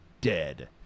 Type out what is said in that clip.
Dead